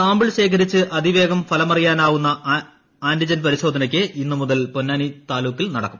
sample ശേഖരിച്ച് അതിവേഗം ഫലമറിയാനാകുന്ന ആന്റിജൻ പരിശോധന ഇന്ന് മുതൽ പൊന്നാനി താലൂക്കിൽ നടക്കും